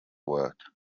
work